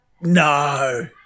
No